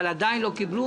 אבל עדיין לא קיבלו.